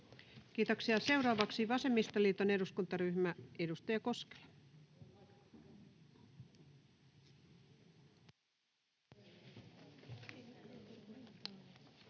Kiitoksia. — Seuraavaksi vasemmistoliiton eduskuntaryhmä, edustaja Koskela. [Speech